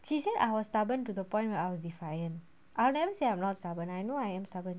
she said I was stubborn to the point where I was defiant I'll never say I'm not stubborn I know I am stubborn